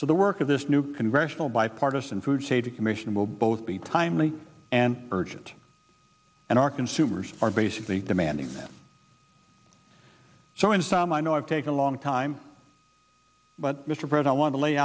so the work of this new congressional bipartisan food safety commission will both be timely and urgent and our consumers are basically demanding that so in sum i know i've taken a long time but mr praed i want to lay